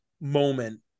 moment